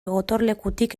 gotorlekutik